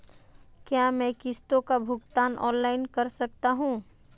क्या मैं किश्तों का भुगतान ऑनलाइन कर सकता हूँ?